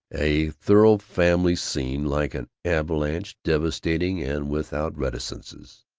a thorough family scene, like an avalanche, devastating and without reticences.